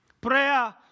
Prayer